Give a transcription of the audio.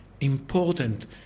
important